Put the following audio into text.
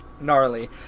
Gnarly